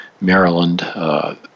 Maryland